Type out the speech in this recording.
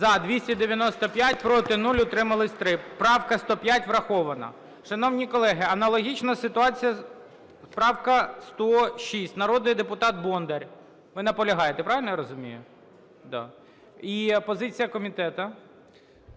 За-295 Проти – 0, утримались – 3. Правка 105 врахована. Шановні колеги, аналогічна ситуація… правка 106, народний депутат Бондар. Ви наполягаєте, правильно я розумію? І позиція комітету.